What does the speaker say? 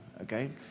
okay